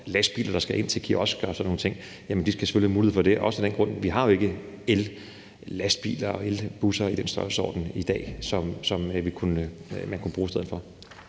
lastbiler, der skal ind til kiosker og sådan nogle ting. Det skal de selvfølgelig have mulighed for også af den grund, at vi jo ikke har ellastbiler og elbusser i det omfang i dag, som man kunne bruge i stedet for.